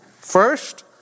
First